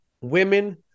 women